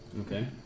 Okay